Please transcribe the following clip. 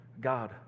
God